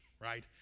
right